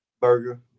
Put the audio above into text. burger